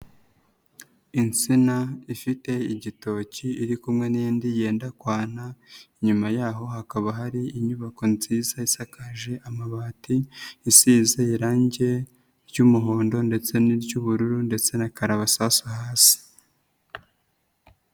Insina ifite igitoki iri kumwe n'indi yenda kwana, inyuma y'aho hakaba hari inyubako nziza isakaje amabati, isize irangi ry'umuhondo ndetse n'iry'ubururu ndetse na karabasasu hasi.